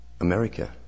America